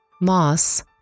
Moss